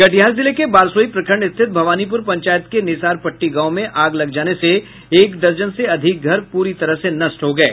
कटिहार जिले के बारसोई प्रखंड स्थित भवानीपुर पंचायत के निसार पट्टी गांव में आग लग जाने से एक दर्जन से अधिक घर पूरी तरह से नष्ट हो गये